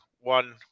one